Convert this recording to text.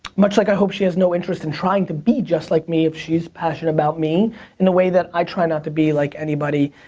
much like i hope she has no interest in trying to be just like me if she's passionate about me in a way that i try not to be like anybody.